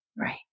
right